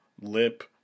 lip